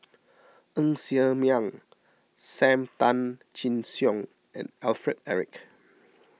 Ng Ser Miang Sam Tan Chin Siong and Alfred Eric